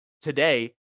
today